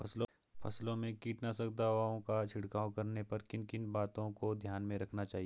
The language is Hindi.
फसलों में कीटनाशक दवाओं का छिड़काव करने पर किन किन बातों को ध्यान में रखना चाहिए?